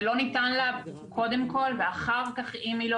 זה לא ניתן לה קודם כל ואחר כך אם היא לא